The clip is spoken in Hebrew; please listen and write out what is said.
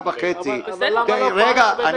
וחצי --- בסדר אבל מה --- רגע,